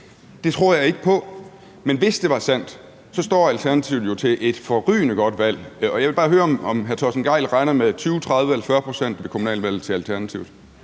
det tror jeg ikke på. Men hvis det er sandt, står Alternativet jo til et forrygende godt valg. Jeg vil bare høre, om hr. Torsten Gejl regner med 20, 30 eller 40 pct. til Alternativet